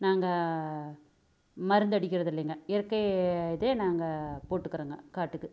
நாங்கள் மருந்து அடிக்கிறதில்லைங்க இயற்கை இதே நாங்கள் போட்டுக்கிறோங்க காட்டுக்கு